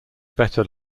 better